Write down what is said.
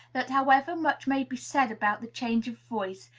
that, however much may be said about the change of voice,